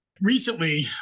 Recently